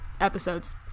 episodes